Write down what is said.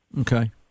Okay